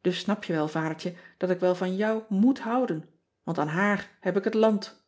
dus snap je wel adertje dat ik wel van jou moet houden want aan haar heb ik het land